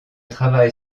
travail